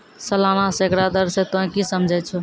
सलाना सैकड़ा दर से तोंय की समझै छौं